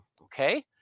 okay